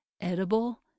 edible